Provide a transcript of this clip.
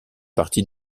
partie